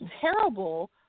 terrible